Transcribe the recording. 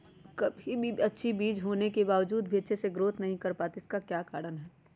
कभी बीज अच्छी होने के बावजूद भी अच्छे से नहीं ग्रोथ कर पाती इसका क्या कारण है?